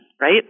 right